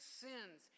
sins